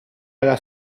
alla